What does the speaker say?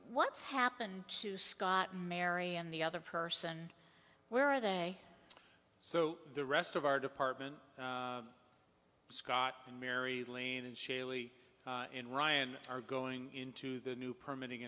what's happened to scott mary and the other person where are they so the rest of our department scott and mary lean and surely in ryan are going into the new permitting